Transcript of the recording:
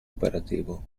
operativo